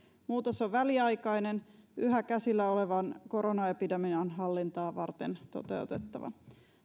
muutos on väliaikainen yhä käsillä olevan koronaepidemian hallintaa varten toteutettava